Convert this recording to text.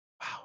Wow